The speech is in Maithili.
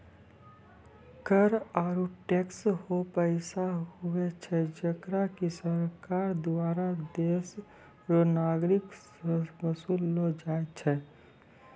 कर आरू टैक्स हौ पैसा हुवै छै जेकरा की सरकार दुआरा देस रो नागरिक सं बसूल लो जाय छै